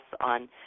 on